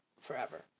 forever